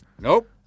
Nope